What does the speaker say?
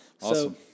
Awesome